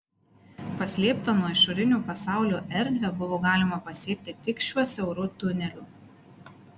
paslėptą nuo išorinio pasaulio erdvę buvo galima pasiekti tik šiuo siauru tuneliu